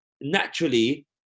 naturally